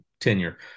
tenure